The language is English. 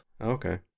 Okay